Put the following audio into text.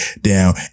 down